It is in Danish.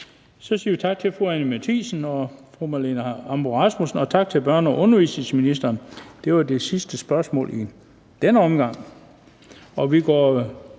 Så siger vi tak til fru Anni Matthiesen og fru Marlene Ambo-Rasmussen. Og tak til børne- og undervisningsministeren. Det var det sidste spørgsmål i denne omgang. Vi går